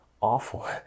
awful